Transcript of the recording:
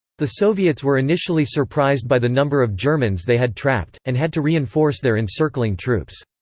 the soviets were initially surprised by the number of germans they had trapped, and had to reinforce their encircling troops.